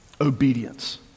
Obedience